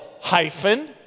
hyphen